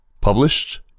Published